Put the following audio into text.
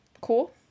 Cool